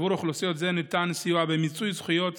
עבור אוכלוסייה זו ניתן סיוע במיצוי זכויות